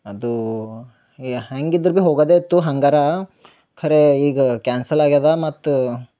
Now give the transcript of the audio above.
ಅದು ಏ ಹೆಂಗಿದ್ರ ಬಿ ಹೋಗದೇತು ಹಂಗರಾ ಖರೆ ಈಗ ಕ್ಯಾನ್ಸಲ್ ಆಗೇದ ಮತ್ತೆ